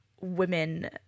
women